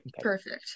perfect